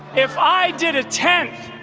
if i did a tenth,